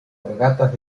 regatas